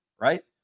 right